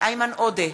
איימן עודה,